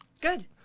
good